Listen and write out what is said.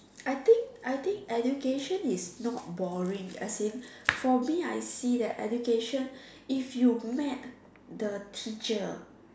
I think I think education is not boring as in for me I see that education if you met the teacher